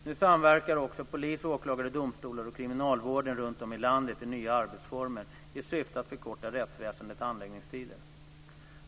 Nu samverkar också polis, åklagare, domstolar och kriminalvården runt om i landet i nya arbetsformer i syfte att förkorta rättsväsendets handläggningstider.